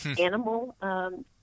animal